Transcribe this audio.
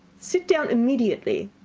sit down immediately.